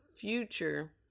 future